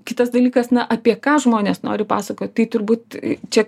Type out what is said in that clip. kitas dalykas na apie ką žmonės nori pasakot tai turbūt čia